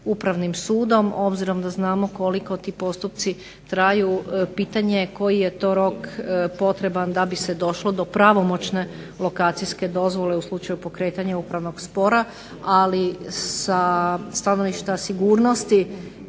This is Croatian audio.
Upravnim sudom, obzirom da znamo koliko ti postupci traju. Pitanje je koji je to rok potreban da bi se došlo do pravomoćne lokacijske dozvole u slučaju pokretanja upravnog spora. Ali sa stanovišta sigurnosti